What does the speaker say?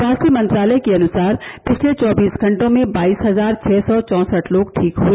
स्वास्थ्य मंत्रालय के अनुसार पिछले चौबीस घंटों में बाईस हजार छः सौ चौसठ लोग ठीक हए